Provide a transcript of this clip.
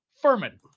Furman